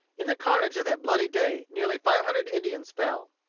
in the carnage of that bloody day nearly five hundred indians fell.